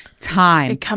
time